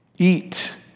Eat